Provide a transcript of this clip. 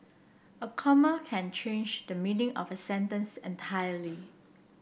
a comma can change the meaning of a sentence entirely